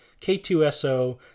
K2SO